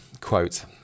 Quote